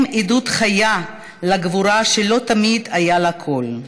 הם עדות חיה לגבורה שלא תמיד היה לה קול,